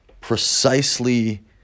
precisely